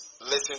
listen